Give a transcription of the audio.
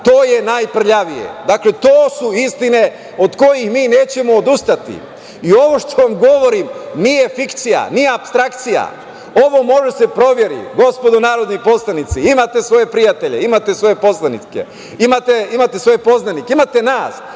to je najprljavije. Dakle, to su istine od kojih mi nećemo odustati i ovo što vam govorim nije fikcija, nije apstrakcija, ovo može da se proveri. Gospodo narodni poslanici, imate svoje prijatelje, imate svoje poslanike, imate sve poznanike, imate nas,